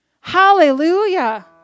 Hallelujah